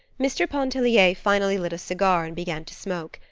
mr. pontellier finally lit a cigar and began to smoke,